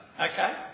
okay